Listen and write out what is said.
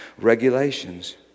regulations